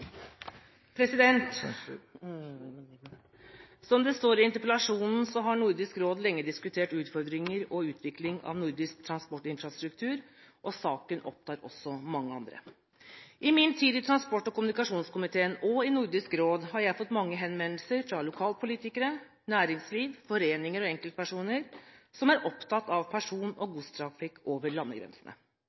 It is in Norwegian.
avsluttet. Som det står i interpellasjonen, har Nordisk råd lenge diskutert utfordringer og utvikling av nordisk transportinfrastruktur, og saken opptar også mange andre. I min tid i transport- og kommunikasjonskomiteen og i Nordisk råd har jeg fått mange henvendelser fra lokalpolitikere, næringsliv, foreninger og enkeltpersoner som er opptatt av person- og godstrafikk over landegrensene.